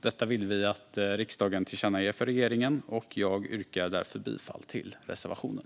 Detta vill vi att riksdagen tillkännager för regeringen. Jag yrkar därför bifall till reservationen.